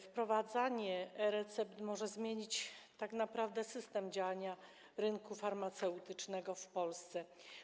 Wprowadzenie e-recept może zmienić tak naprawdę system działania rynku farmaceutycznego w Polsce.